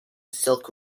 silk